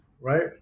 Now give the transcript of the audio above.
Right